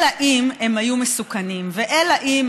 אלא אם כן הם היו מסוכנים ואלא אם כן